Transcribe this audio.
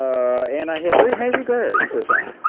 and i have very high regards for some.